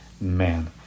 man